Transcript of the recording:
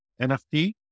NFT